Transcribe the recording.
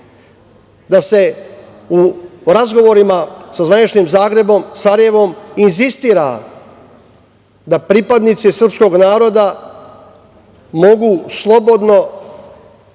da se u razgovorima sa zvaničnim Zagrebom, Sarajevom, insistira da pripadnici srpskog naroda mogu slobodno